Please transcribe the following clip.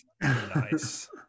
Nice